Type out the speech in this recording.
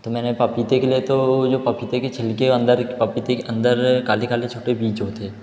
तो मैंने पापीते के लिए तो वो जो पपीते के छिलके अंदर के पपीते के अंदर काले काले छोटे बीज होते है